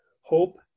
hope